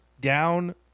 down